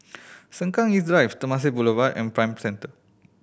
Sengkang East Drive Temasek Boulevard and Prime Centre